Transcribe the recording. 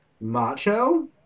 Macho